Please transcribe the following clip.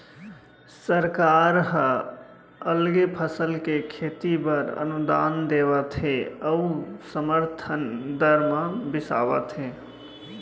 सरकार ह अलगे फसल के खेती बर अनुदान देवत हे अउ समरथन दर म बिसावत हे